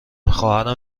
خواهرم